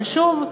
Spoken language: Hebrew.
אבל שוב,